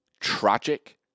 tragic